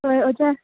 ꯍꯣꯏ ꯑꯣꯖꯥ